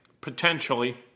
potentially